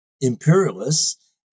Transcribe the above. imperialists